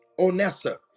Onessa